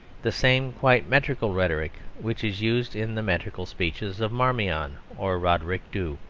the same quite metrical rhetoric which is used in the metrical speeches of marmion or roderick dhu.